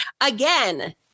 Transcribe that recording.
again